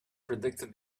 predicted